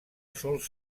sol